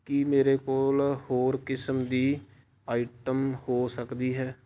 ਕੀ ਮੇਰੇ ਕੋਲ ਹੋਰ ਕਿਸਮ ਦੀ ਆਈਟਮ ਹੋ ਸਕਦੀ ਹੈ